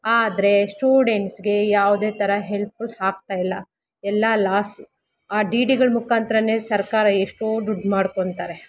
ಆದರೆ ಸ್ಟೂಡೆಂಟ್ಸ್ಗೆ ಯಾವುದೇ ಥರ ಹೆಲ್ಪ್ ಆಗ್ತಾಯಿಲ್ಲ ಎಲ್ಲ ಲಾಸ್ ಆ ಡಿ ಡಿಗಳ ಮುಖಾಂತ್ರನೇ ಸರ್ಕಾರ ಎಷ್ಟೋ ದುಡ್ಡು ಮಾಡ್ಕೊಳ್ತಾರೆ